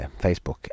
Facebook